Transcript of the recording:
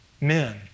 men